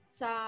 sa